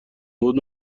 بود